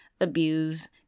abuse